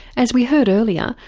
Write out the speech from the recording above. as we heard earlier,